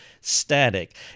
static